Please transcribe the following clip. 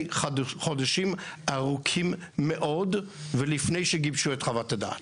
חודשים ארוכים מאוד ולפני שגיבשו את חוות הדעת.